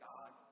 God